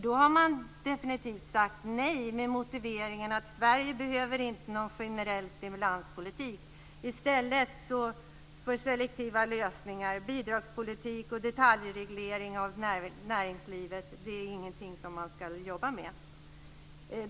Då har man definitivt sagt nej med motiveringen att Sverige inte behöver någon generell stimulanspolitik. Selektiva lösningar, bidragspolitik och detaljreglering av näringslivet är ingenting som man ska jobba med.